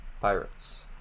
Pirates